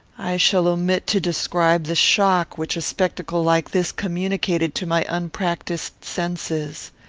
i shall omit to describe the shock which a spectacle like this communicated to my unpractised senses.